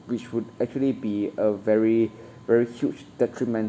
which would actually be a very very huge detrimental